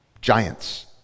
giants